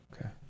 Okay